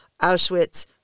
Auschwitz